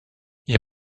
ihr